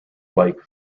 like